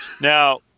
Now